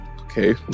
okay